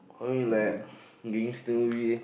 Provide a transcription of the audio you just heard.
only like gangster movie